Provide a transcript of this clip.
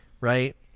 right